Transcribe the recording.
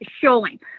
showing